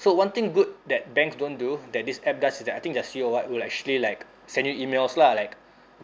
so one thing good that banks don't do that this app does is that I think the C_E_O or what will actually like send you emails lah like